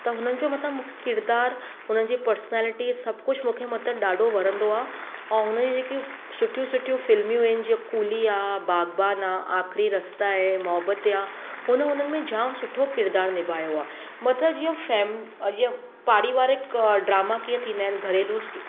त हुननि जो मतिलबु किरदारु हुननि जी पर्सनैलिटी सभु कुझु मूंखे मतिलबु ॾाढो वणंदो आहे ऐं हुन जी जेकियूं सुठियूं सुठियूं फिल्मियूं आहिनि जीअं कुली आहे बाग़बान आहे आख़री रस्ता आहे मोहब्बतें आं उन हुन हुननि में जामु सुठो किरदारु निभायो आहे मतिलबु जीअं फैम जीअं पारिवारिक ड्रामा कीअं थींदा आहिनि घरेलू स्टु